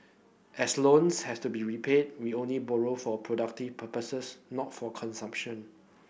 as loans have to be repaid we only borrowed for productive purposes not for consumption